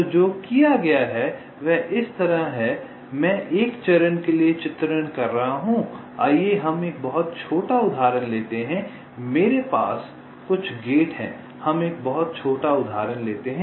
तो जो किया गया है वह इस तरह है मैं 1 चरण के लिए चित्रण कर रहा हूं आइए हम एक बहुत छोटा उदाहरण लेते हैं मेरे पास कुछ गेट हैं हम एक बहुत छोटा उदाहरण लेते हैं